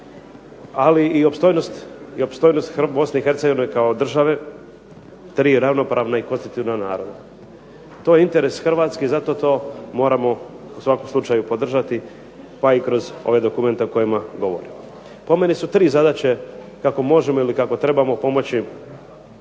ali i opstojnost BiH kao države 3 ravnopravna i konstitutivna naroda. To je interes Hrvatske i zato to moramo u svakom slučaju podržati pa i kroz ove dokumente o kojima govorimo. Po meni su tri zadaće kako možemo ili kako trebamo pomoći